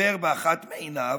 עיוור באחת מעיניו,